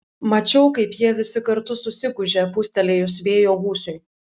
mačiau kaip jie visi kartu susigūžė pūstelėjus vėjo gūsiui